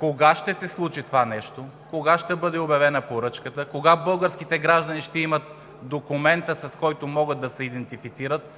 Кога ще се случи това нещо? Кога ще бъде обявена поръчката? Кога българските граждани ще имат документа, с който ще могат да се идентифицират,